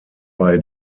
bei